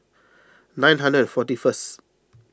nine hundred and forty first